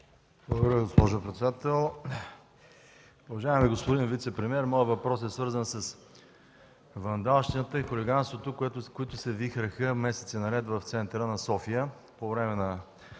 Благодаря, госпожо председател. Уважаеми господин вицепремиер, моят въпрос е свързан с вандалщината и хулиганството, които се вихреха месеци наред в центъра на София по време на